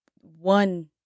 one